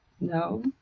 No